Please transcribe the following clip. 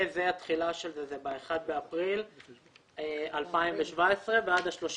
והתחילה של זה ב-1 באפריל 2017 ועד ה-30